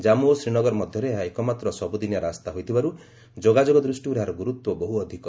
ଜମ୍ମୁ ଓ ଶ୍ରୀନଗର ମଧ୍ୟରେ ଏହା ଏକମାତ୍ର ସବୁଦିନିଆ ରାସ୍ତା ହୋଇଥିବାରୁ ଯୋଗାଯୋଗ ଦୃଷ୍ଟିରୁ ଏହାର ଗୁରୁତ୍ୱ ବହୁ ଅଧିକ